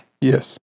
Yes